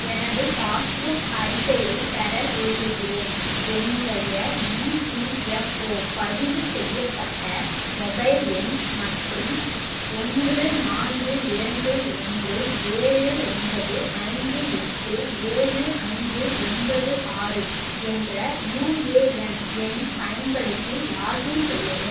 எனது பாஸ்புக் அறிக்கையைப் பெற விரும்புகிறேன் என்னுடைய இபிஎஃப்ஓ பதிவு செய்யப்பட்ட மொபைல் எண் மற்றும் ஒன்று நான்கு இரண்டு ஒன்று ஏழு ஒன்பது ஐந்து எட்டு ஏழு ஐந்து ஒன்பது ஆறு என்ற யுஏஎன் எண் பயன்படுத்தி லாகின் செய்யவும்